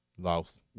Lost